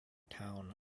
town